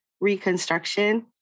reconstruction